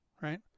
Right